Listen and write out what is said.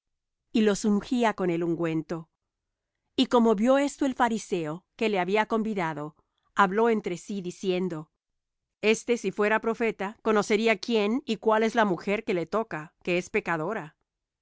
y los ungía con el ungüento y como vió esto el fariseo que le había convidado habló entre sí diciendo este si fuera profeta conocería quién y cuál es la mujer que le toca que es pecadora